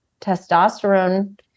testosterone